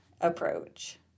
approach